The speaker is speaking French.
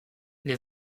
les